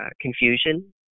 confusion